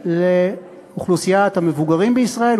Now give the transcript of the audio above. לאוכלוסיית המבוגרים בישראל,